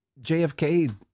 JFK